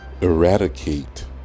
eradicate